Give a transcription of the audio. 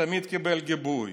תמיד קיבל גיבוי.